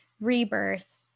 rebirth